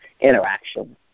interaction